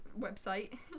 website